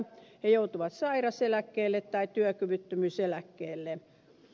he joutuvat sairaseläkkeelle tai työkyvyttömyyseläkkeelle